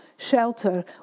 shelter